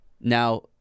Now